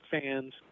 fans